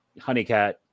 Honeycat